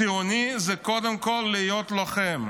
ציוני זה קודם כול להיות לוחם.